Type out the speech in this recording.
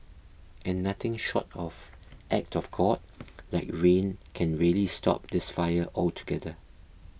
and nothing short of act of God like rain can really stop this fire altogether